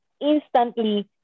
Instantly